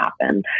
happen